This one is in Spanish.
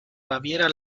baviera